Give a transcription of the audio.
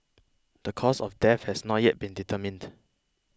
the cause of death has not yet been determined